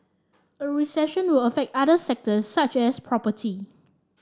a recession will affect other sectors such as property